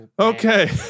Okay